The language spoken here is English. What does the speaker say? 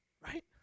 right